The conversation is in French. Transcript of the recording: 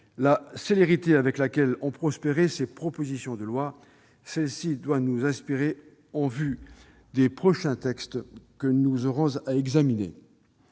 la célérité avec laquelle ont prospéré ces propositions de loi. Celle-ci doit nous inspirer en vue des prochains textes que nous aurons à examiner.